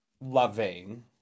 loving